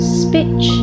speech